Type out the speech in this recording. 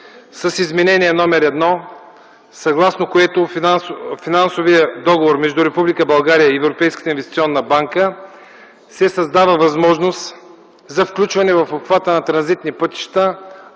с Изменение № 1, съгласно което с финансовия договор между Република България и Европейската инвестиционна банка се създава възможност за включване в обхвата на транзитни пътища